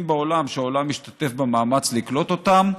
בעולם שהעולם משתתף במאמץ לקלוט אותם,